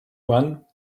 one